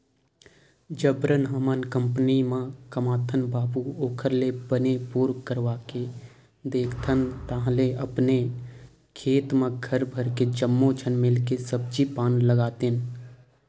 जबरन हमन कंपनी म कमाथन बाबू ओखर ले बने बोर करवाके देखथन ताहले अपने खेत म घर भर के जम्मो झन मिलके सब्जी पान लगातेन